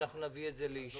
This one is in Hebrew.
ואנחנו נביא את זה לאישור.